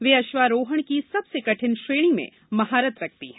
वे अश्वारोहण की सबसे कठिन श्रेणी में महारत रखती हैं